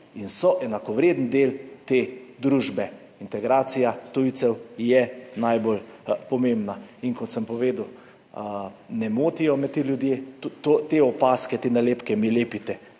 in so enakovreden del te družbe. Integracija tujcev je najbolj pomembna. Kot sem povedal, ti ljudje me ne motijo. Te opazke, te nalepke mi lepite